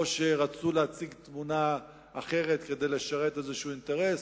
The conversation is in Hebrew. או שרצו להציג תמונה אחרת כדי לשרת איזה אינטרס.